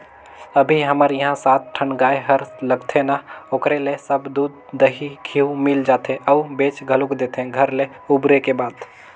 अभी हमर इहां सात ठन गाय हर लगथे ना ओखरे ले सब दूद, दही, घींव मिल जाथे अउ बेंच घलोक देथे घर ले उबरे के बाद